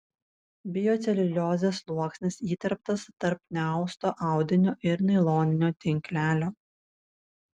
bioceliuliozės sluoksnis įterptas tarp neausto audinio ir nailoninio tinklelio